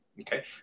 okay